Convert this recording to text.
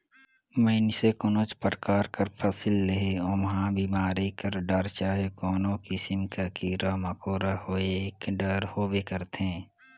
मइनसे कोनोच परकार कर फसिल लेहे ओम्हां बेमारी कर डर चहे कोनो किसिम कर कीरा मकोरा होएक डर होबे करथे